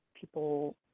people